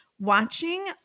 watching